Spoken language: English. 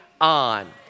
on